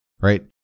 Right